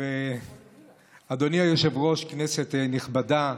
אדוני היושב-ראש, כנסת נכבדה,